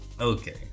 Okay